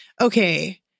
okay